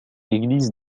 église